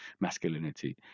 masculinity